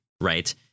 right